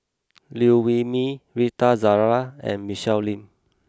Liew Wee Mee Rita Zahara and Michelle Lim